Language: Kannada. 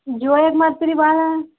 ಜೋರು ಯಾಕೆ ಮಾಡ್ತೀರಿ ಭಾಳ